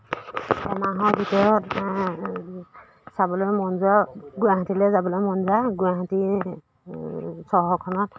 এমাহৰ ভিতৰত চাবলৈ মন যোৱা গুৱাহাটীলৈ যাবলৈ মন যোৱা গুৱাহাটী চহৰখনত